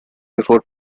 before